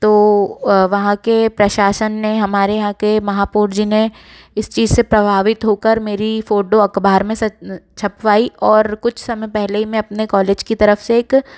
तो वहाँ के प्रशासन ने हमारे यहाँ के महा पूज्य ने इस चीज़ से प्रभावित होकर मेरी फोटो अखबार में छपवाई और कुछ समय पहले ही मैं अपने कॉलेज की तरफ से एक